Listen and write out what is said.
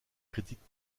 critiques